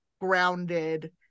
grounded